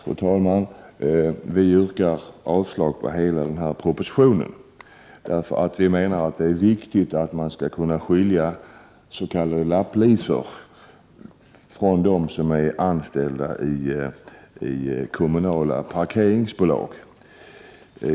Fru talman! Vi yrkar avslag på hela denna proposition. Vi menar att det är viktigt att kunna skilja s.k. lapplisor från dem som är anställda i kommunala parkeringsbolag.